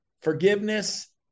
forgiveness